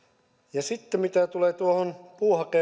ja sitten mitä tulee tuohon